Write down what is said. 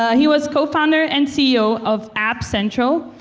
ah he was co-founder and ceo of appcentral,